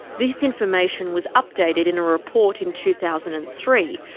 this information was updated in a report in two thousand and three,